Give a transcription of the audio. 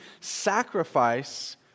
sacrifice